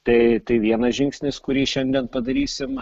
tai tai vienas žingsnis kurį šiandien padarysim